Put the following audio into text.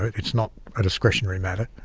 it's not a discretionary matter.